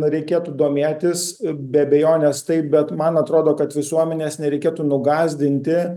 reikėtų domėtis be abejonės taip bet man atrodo kad visuomenes nereikėtų nugąsdinti